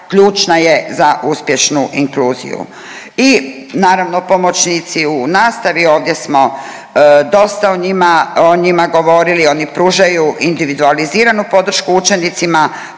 ključna je za uspješnu inkluziju i naravno, pomoćnici u nastavi, ovdje smo dosta o njima govorili, oni pružaju individualiziranu podršku učenicima,